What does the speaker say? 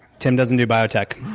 tim doesn't do biotech.